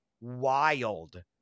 wild